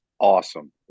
awesome